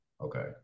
okay